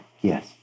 Yes